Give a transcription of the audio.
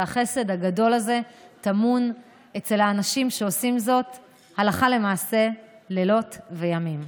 והחסד הגדול הזה טמון אצל האנשים שעושים זאת הלכה למעשה לילות וימים.